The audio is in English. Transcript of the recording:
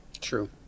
true